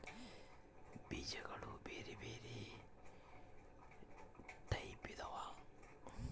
ಬೀಜಗುಳ ಬೆರೆ ಬೆರೆ ಟೈಪಿದವ